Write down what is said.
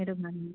সেইটো ভাল